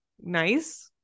nice